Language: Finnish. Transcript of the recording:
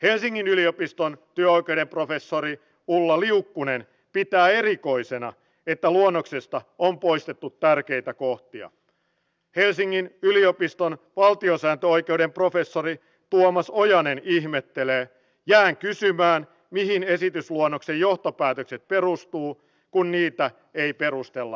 jos me oikeasti tahdomme auttaa sekä suomea taloudellisesti että myös tänne tulevia ihmisiä sanomme heille tervetuloa ja teemme kaikkemme että he kotoutuvat jotta he voivat yhdessä auttaa tätä suomi laivaa sekä itseään